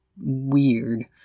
weird